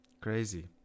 Crazy